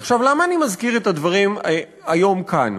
עכשיו, למה אני מזכיר את הדברים היום כאן?